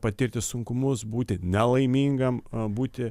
patirti sunkumus būti nelaimingam a būti